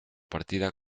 partida